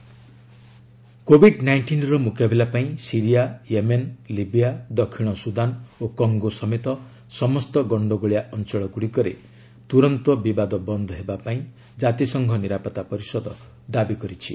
UNSC conflict cessation covid ନାଇଷ୍ଟିନ୍ର ମୁକାବିଲା ପାଇଁ ସିରିଆ ୟେମେନ୍ ଲିବିଆ ଦକ୍ଷିଣ ସୁଦାନ ଓ କଙ୍ଗୋ ସମେତ ସମସ୍ତ ଗଣ୍ଡଗୋଳିଆ ଅଞ୍ଚଳଗୁଡ଼ିକରେ ତୁରନ୍ତ ବିବାଦ ବନ୍ଦ ହେବା ପାଇଁ ଜାତିସଂଘ ନିରାପତ୍ତା ପରିଷଦ ଦାବି କରିଛି